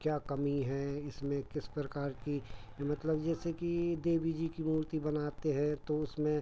क्या कमी है इसमें किस प्रकार की मतलब जैसे कि देवी जी की मूर्ति बनाते है तो उसमें